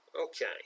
Okay